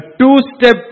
two-step